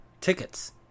tickets